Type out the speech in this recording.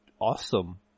awesome